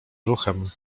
ruchem